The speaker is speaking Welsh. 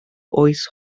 oes